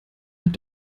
hat